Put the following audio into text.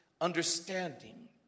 understanding